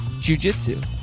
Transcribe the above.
jujitsu